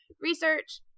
research